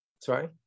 Sorry